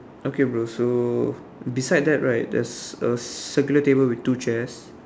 okay bro so beside that right there's a circular table with two chairs